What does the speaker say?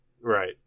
Right